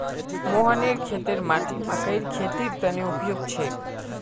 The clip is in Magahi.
मोहनेर खेतेर माटी मकइर खेतीर तने उपयुक्त छेक